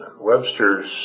Webster's